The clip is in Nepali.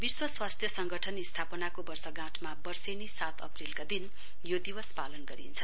विश्व स्वास्थ्य संगठन स्थापनाको वर्ष गाँठमा वर्षेनी सात अप्रेलका दिन यो दिवस मनाइन्छ